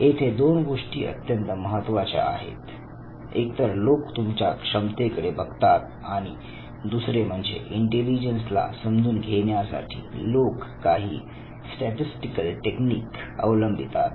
येथे दोन गोष्टी अत्यंत महत्त्वाच्या आहेत एक तर लोक तुमच्या क्षमतेकडे बघतात आणि दुसरे म्हणजे इंटेलिजन्स ला समजून घेण्या साठी लोक काही स्टॅटिस्टिकल टेक्निक अवलंबितात